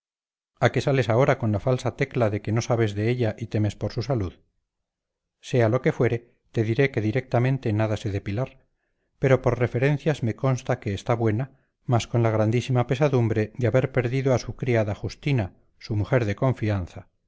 a qué sales ahora con la falsa tecla de que no sabes de ella y temes por su salud sea lo que fuere te diré que directamente nada sé de pilar pero por referencias me consta que está buena mas con la grandísima pesadumbre de haber perdido a su criada justina su mujer de confianza